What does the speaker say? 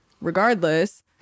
regardless